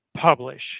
publish